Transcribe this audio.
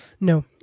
No